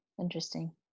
Interesting